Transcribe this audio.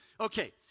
Okay